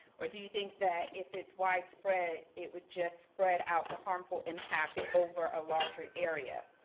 or do you think that if it's widespread, it would just spread out the harmful impacts over a larger area?